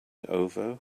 over